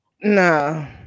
No